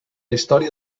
història